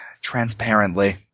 transparently